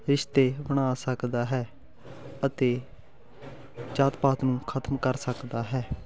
ਰਿਸ਼ਤੇ ਬਣਾ ਸਕਦਾ ਹੈ ਅਤੇ ਜਾਤ ਪਾਤ ਨੂੰ ਖ਼ਤਮ ਕਰ ਸਕਦਾ ਹੈ